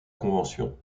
convention